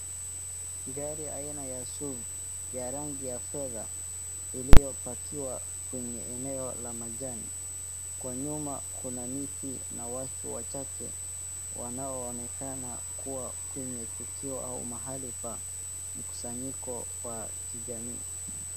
Gari aina ya Suv ya rangi ya fedha iliyopakiwa kwenye eneo la majani. Kwa nyuma kuna miti na watu wachache wanaoonekana kuwa kwenye tukio au mahali pa mkusanyiko wa kijamii.